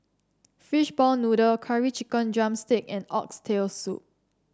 Fishball Noodle Curry Chicken drumstick and Oxtail Soup